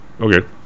Okay